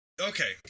Okay